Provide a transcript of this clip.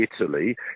Italy